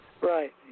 right